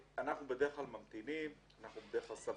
אנחנו בדרך כלל ממתינים וסבלניים.